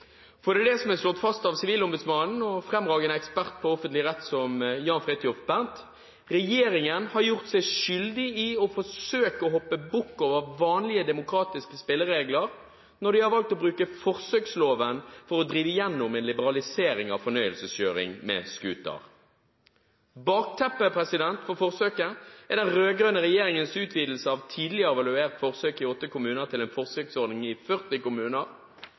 er det som er slått fast av Sivilombudsmannen og fremragende eksperter på offentlig rett som Jan Fridthjof Bernt. Regjeringen har gjort seg skyldig i å forsøke å hoppe bukk over vanlige demokratiske spilleregler når de har valgt å bruke forsøksloven for å drive gjennom en liberalisering av fornøyelseskjøring med scooter. Bakteppet for forsøket er den rød-grønne regjeringens utvidelse av et tidligere evaluert forsøk i åtte kommuner til en forsøksordning i 40 kommuner.